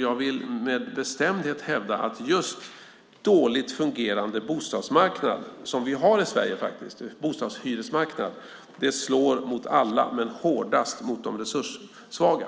Jag vill med bestämdhet hävda att just en dåligt fungerande bostadshyresmarknad som vi har i Sverige slår mot alla men hårdast mot de resurssvaga.